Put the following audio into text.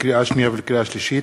לקריאה שנייה וקריאה שלישית: